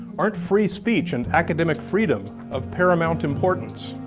aren't free speech and academic freedom of paramount importance?